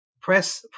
Press